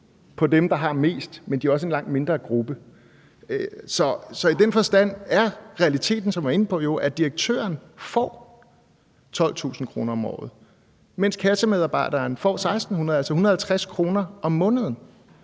på dem, der har mest, men de udgør også en langt mindre gruppe. Så i den forstand er realiteten, som jeg var inde på, jo, at direktøren får 12.000 kr. om året, mens kassemedarbejderen får 1.600 kr., altså 150 kr. om måneden